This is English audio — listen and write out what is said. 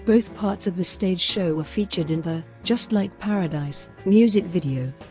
both parts of the stage show were featured in the just like paradise music video.